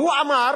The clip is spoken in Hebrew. והוא אמר